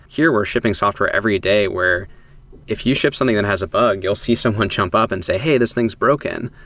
here, we're worshiping software every day where if you ship something that has a bug, you'll see someone jump up and say, hey, this thing is broken!